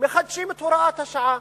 מחדשים את הוראת השעה,